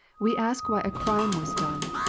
we ask why a crime was done,